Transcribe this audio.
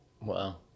Wow